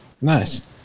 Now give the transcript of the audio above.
Nice